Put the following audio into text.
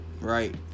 right